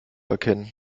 erkennen